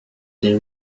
then